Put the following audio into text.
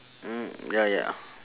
mm ya ya